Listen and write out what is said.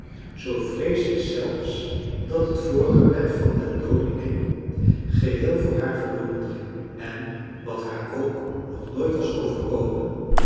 zoo vrees ik zelfs dat het voorgebed van den dominee geheel voor haar verloren ging en wat haar ook nog nooit was overkomen